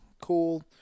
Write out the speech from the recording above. cool